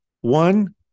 One